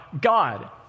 God